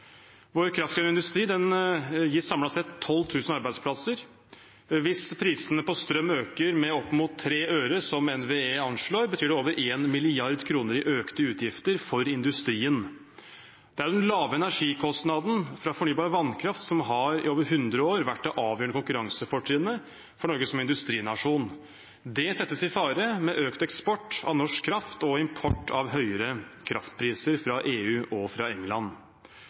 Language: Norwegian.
Vår kraftkrevende industri gir samlet sett 12 000 arbeidsplasser. Hvis prisene på strøm øker med opp mot 3 øre, som NVE anslår, betyr det over 1 mrd. kr i økte utgifter for industrien. Det er den lave energikostnaden fra fornybar vannkraft som i over hundre år har vært det avgjørende konkurransefortrinnet for Norge som industrinasjon. Det settes i fare med økt eksport av norsk kraft og import av høyere kraftpriser fra EU og fra England.